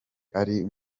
atari